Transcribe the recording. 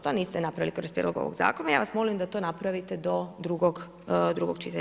To niste napravili kroz prijedlog ovog zakona i ja vas molim da to napravite do drugog čitanja.